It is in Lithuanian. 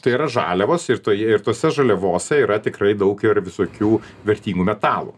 tai yra žaliavos ir toje ir tose žaliavose yra tikrai daug ir visokių vertingų metalų